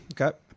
Okay